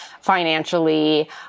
financially –